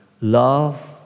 love